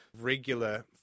regular